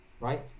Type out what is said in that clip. right